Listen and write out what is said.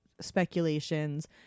speculations